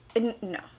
No